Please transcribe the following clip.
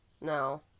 No